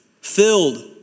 filled